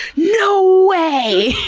no way!